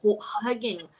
hugging